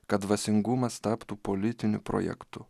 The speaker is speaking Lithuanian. kad dvasingumas taptų politiniu projektu